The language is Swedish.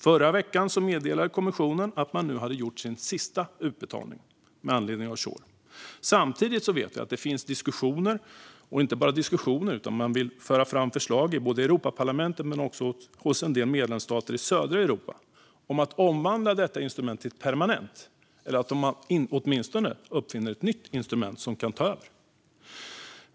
Förra veckan meddelade kommissionen att man nu hade gjort sin sista utbetalning med anledning av SURE. Samtidigt vet vi att det finns diskussioner, och inte bara diskussioner utan man vill föra fram förslag, i både Europaparlamentet och hos del medlemsstater i södra Europa om att omvandla detta instrument till något permanent - eller att åtminstone uppfinna ett nytt instrument som kan ta över.